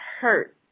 hurt